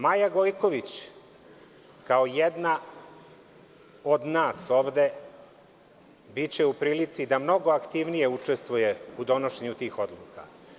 Maja Gojković, kao jedna od nas ovde, biće u prilici da mnogo aktivnije učestvuje u donošenju tih odluka.